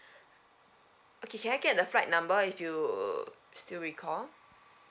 okay can I get the flight number if you still recall